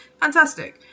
Fantastic